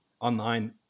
online